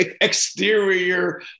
exterior